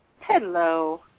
Hello